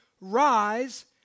rise